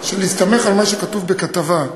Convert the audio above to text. שלהסתמך על מה שכתוב בכתבה,